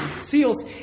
seals